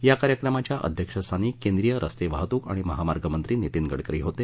या कार्यक्रमाच्या अध्यक्षस्थानी केंद्रीय रस्ते वाहतूक आणि महामार्गमंत्री नितीन गडकरी होते